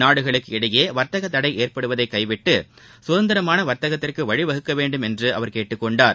நாடுகளுக்கு இடையே வர்த்தக தடை ஏற்படுத்துவதை கைவிட்டு சுதந்திரமான வாத்தகத்துக்கு வழிவகுக்க வேண்டும் என்று அவா் கேட்டுக் கொண்டார்